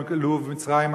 בלוב ובמצרים,